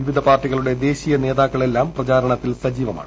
വിവിധ പാർട്ടികളുടെ ദേശീയ നേതാക്കളെല്ലാം പ്രചാരണത്തിൽ സജീവമാണ്